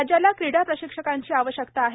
राज्याला क्रीडा प्रशिक्षकांची आवश्यकता आहे